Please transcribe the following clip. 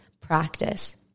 practice